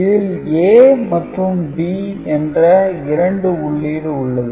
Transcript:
இதில் A மற்றும் B என்ற இரண்டு உள்ளீடு உள்ளது